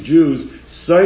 Jews